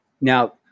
now